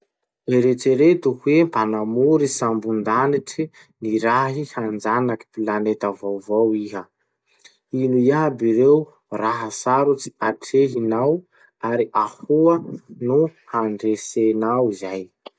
Eritsereto hoe mpanamory sambon-danitsy nirahy hanjanaky planeta vaovao iha. Ino iaby ireo raha sarotsy atrehinao ary ahoa no handresenao izay?